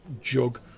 jug